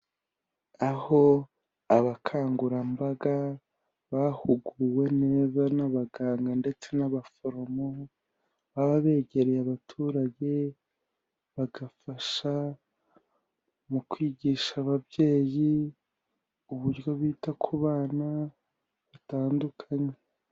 Aho abakangurambaga bahuguwe neza n'abaganga ndetse n'abaforomo, baba begereye abaturage bagafasha mu kwigisha ababyeyi, uburyo bita ku bana batandukanye.